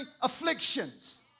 afflictions